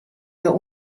der